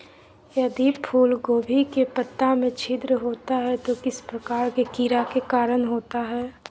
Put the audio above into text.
यदि फूलगोभी के पत्ता में छिद्र होता है तो किस प्रकार के कीड़ा के कारण होता है?